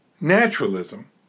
Naturalism